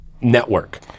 network